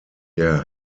der